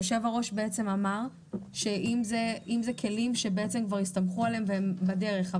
היושב-ראש דיבר על כלים שכבר הסתמכו עליהם והם בדרך,